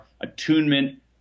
attunement